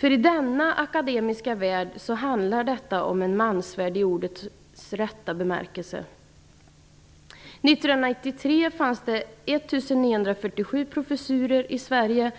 Denna akademiska värld handlar om en mansvärld i ordets rätta bemärkelse. 1993 fanns det 1 947 professurer i Sverige.